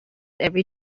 every